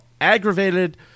aggravated